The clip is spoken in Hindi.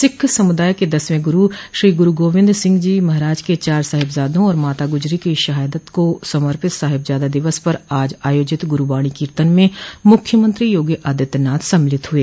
सिख समुदाय के दसवें गुरू श्री गुरू गोविन्द सिंह जी महाराज के चार साहिबजादों और माता गुजरी की शहादत को समर्पित साहिबजादा दिवस पर आज आयोजित गुरूबाणी कीर्तन में मुख्यमंत्री योगी आदित्यनाथ सम्मिलित हुए